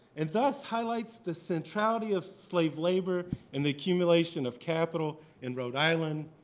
and thus highlights the centrality of slave labor and the accumulation of capital in rhode island,